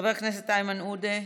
חבר הכנסת איימן עודה,